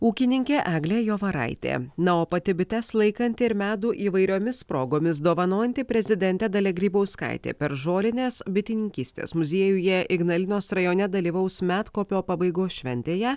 ūkininkė eglė jovaraitė na o pati bites laikanti ir medų įvairiomis progomis dovanojanti prezidentė dalia grybauskaitė per žolines bitininkystės muziejuje ignalinos rajone dalyvaus medkopio pabaigos šventėje